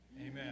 Amen